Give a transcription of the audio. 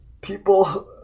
people